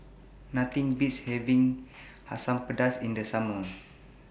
Nothing Beats having Asam Pedas in The Summer